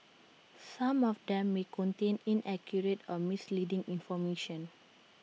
some of them may contain inaccurate or misleading information